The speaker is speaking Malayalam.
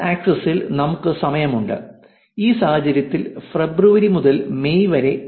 എക്സ് ആക്സിസ് ൽ നമുക്ക് സമയമുണ്ട് ഈ സാഹചര്യത്തിൽ ഫെബ്രുവരി മുതൽ മെയ് വരെ